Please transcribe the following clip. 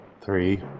Three